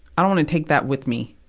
i don't wanna take that with me.